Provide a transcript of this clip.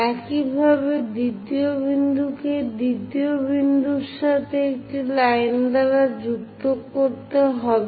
একইভাবে২ য় বিন্দুকে ২ য় বিন্দুর সাথে একটি লাইন দ্বারা যুক্ত করতে হবে